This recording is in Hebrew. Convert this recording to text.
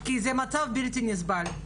כי זה מצב בלתי נסבל.